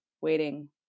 waiting